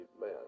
man